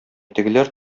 тегеләр